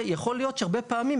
יכול להיות שהרבה פעמים,